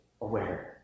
aware